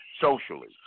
socially